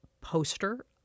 poster